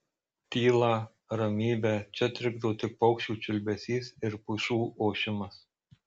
tylą ramybę čia trikdo tik paukščių čiulbesys ir pušų ošimas